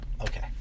okay